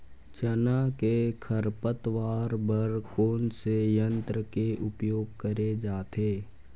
चना के खरपतवार बर कोन से यंत्र के उपयोग करे जाथे?